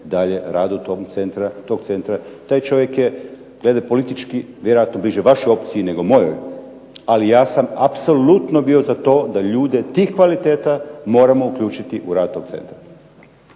dalje radu tog centra. Taj čovjek je glede politički vjerojatno bliže vašoj opciji nego mojoj, ali ja sam apsolutno bio za to da ljude tih kvaliteta moramo uključiti u rad tog centra.